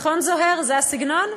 נכון זוהיר, זה הסגנון?